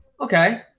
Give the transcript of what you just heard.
Okay